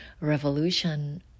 revolution